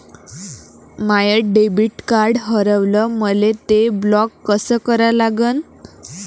माय debit card हारवलं, मले ते ब्लॉक कस करा लागन?